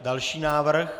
Další návrh.